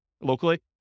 locally